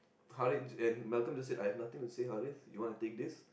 Harrith and Malcolm just said I have nothing to say Harrith you want to take this